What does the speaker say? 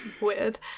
weird